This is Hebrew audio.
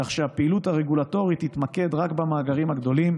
כך שהפעילות הרגולטורית תתמקד רק במאגרים הגדולים,